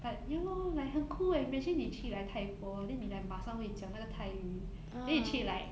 but ya lor like 很 cool eh imagine 你去 like 泰国 then 你 like 马上会讲那个泰语 then 你去 like